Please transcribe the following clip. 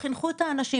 וחינכו את האנשים.